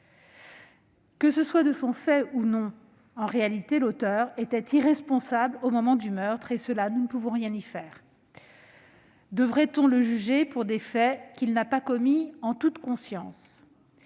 Que ce soit de son fait ou non, l'auteur était irresponsable au moment du meurtre et cela, nous ne pouvons rien y faire. Devrait-on le juger pour des faits qu'il n'a pas commis en toute conscience ?